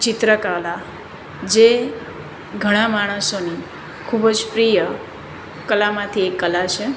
ચિત્રકલા જે ઘણા માણસોની ખૂબ જ પ્રિય કલામાંથી એક કલા છે